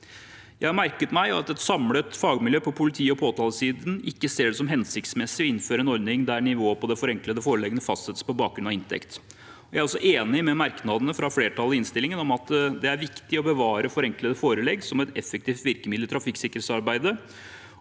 Jeg har merket meg at et samlet fagmiljø på politiog påtalesiden ikke ser det som hensiktsmessig å innføre en ordning der nivået på de forenklede foreleggene fastsettes på bakgrunn av inntekt. Jeg er også enig i merknadene fra flertallet i innstillingen om at det er viktig å bevare forenklede forelegg som et effektivt virkemiddel i trafikksikkerhetsarbeidet,